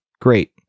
great